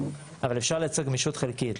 אבל אפשר לייצר גמישות חלקית,